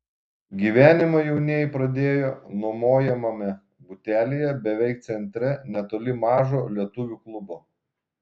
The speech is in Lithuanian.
gyvenimą jaunieji pradėjo nuomojamame butelyje beveik centre netoli mažo lietuvių klubo